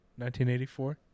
1984